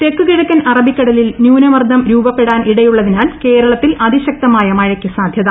തെക്ക് കിഴക്കൻ അ്റബിക്കടലിൽ ന്യൂനമർദ്ദം രൂപപ്പെടാനിടയുളളതിനാൽ കേരളത്തിൽ അതിശക്തമായ മഴയ്ക്ക് സാധ്യത